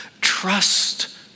trust